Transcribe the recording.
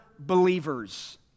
believers